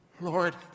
Lord